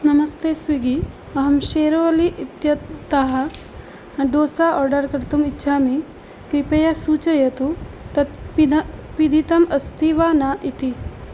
नमस्ते स्विग्गि अहम् शेर्वलि इत्यतः डोसा आर्डर् कर्तुम् इच्छामि कृपया सूचयतु तत् पिन पिहितम् अस्ति वा न इति